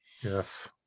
Yes